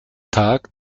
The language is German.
tag